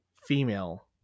female